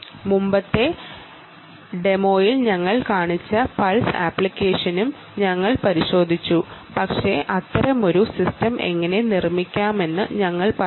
മുമ്പത്തെ ഡെമോയിൽ ഞങ്ങൾ കാണിച്ച പൾസ് ആപ്ലിക്കേഷനും ഞങ്ങൾ പരിശോധിച്ചു അത്തരമൊരു സിസ്റ്റം എങ്ങനെ നിർമ്മിക്കാമെന്ന് ഞങ്ങൾ പറഞ്ഞിരുന്നു